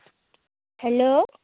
hello